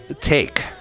take